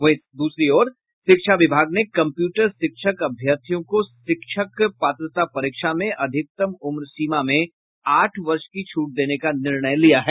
वहीं दूसरी ओर शिक्षा विभाग ने कंप्यूटर शिक्षक अभ्यर्थियों को शिक्षा पात्रता परीक्षा में अधिकतम उम्र सीमा में आठ वर्ष की छूट देने का निर्णय लिया है